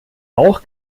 auch